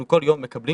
אנחנו כל יום מקבלים